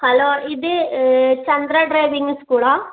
hello ഇത് Chandra driving സ്കൂളാ